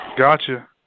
Gotcha